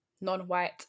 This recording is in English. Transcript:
non-white